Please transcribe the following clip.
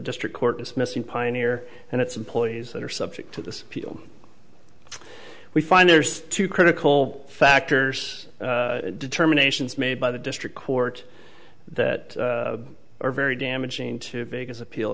district court dismissing pioneer and its employees that are subject to this appeal we find there's two critical factors determinations made by the district court that are very damaging to vegas appeal